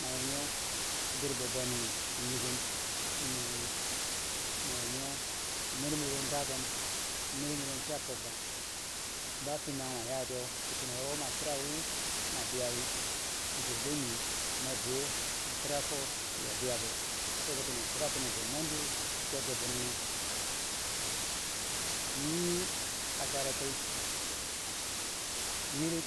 nawo nyeu dor bwebangjinghet yiken fintangheu win nawonye ner miro daken ner miro fiya fobka ba fintanghe ma yatiyeu bitine woro ma chirawi ma bwiya wi bibeyo loh mi ma boweu a chirafo chia bwiyati fo cho bitineu tukatinibe nanduwe chia dombineneu nii a chware tai yire